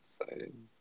exciting